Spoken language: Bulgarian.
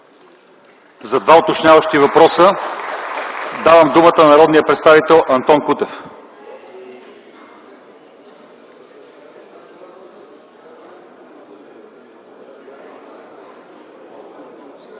За два уточняващи въпроса давам думата на народния представител Антон Кутев.